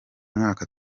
mwaka